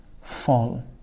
fall